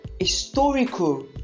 historical